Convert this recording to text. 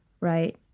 right